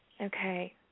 Okay